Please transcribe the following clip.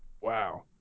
wow